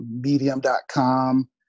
medium.com